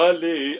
Ali